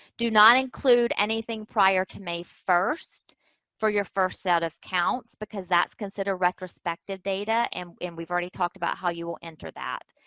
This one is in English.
do not include anything prior to may first for your first set of counts, because that's considered retrospective data, and and we've already talked about how you will enter that.